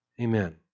Amen